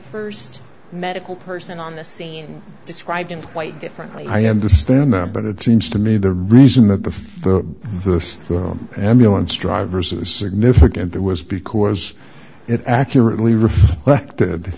first medical person on the scene described him quite differently i understand that but it seems to me the reason that the ambulance drivers are significant there was because it accurately reflected